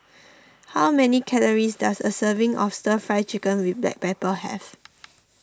how many calories does a serving of Stir Fry Chicken with Black Pepper have